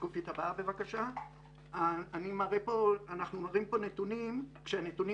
אנחנו מראים נתונים כשהנתונים